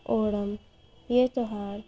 اور یہ تہوار